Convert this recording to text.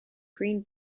green